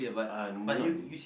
uh not really